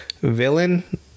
villain